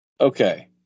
Okay